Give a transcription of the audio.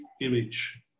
image